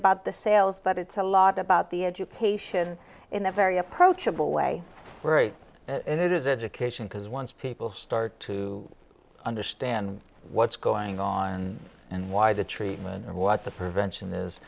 about the sales but it's a lot about the education in a very approachable way and it is education because once people start to understand what's going on and why the treatment and what the prevention is